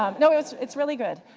um no, it's it's really good.